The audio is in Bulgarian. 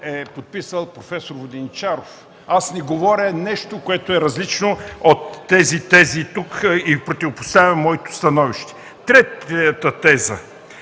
е подписал проф. Воденичаров. Аз не говоря нещо, което е различно от тезите тук, и противопоставям моето становище. Третата теза,